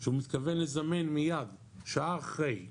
שהוא מתכוון לזמן מיד, שעה אחרי,